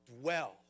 dwell